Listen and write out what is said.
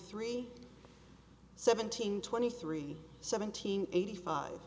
three seventeen twenty three seventeen eighty five